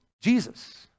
Jesus